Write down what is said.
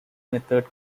method